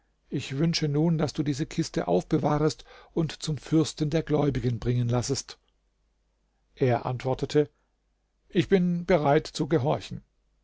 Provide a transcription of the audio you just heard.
ich wünsche nun daß du diese kiste aufbewahrest und zum fürsten der gläubigen bringen lassest er antwortete ich bin bereit zu gehorchen